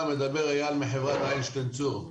אני מחברת איינשטיין צור.